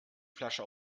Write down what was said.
flasche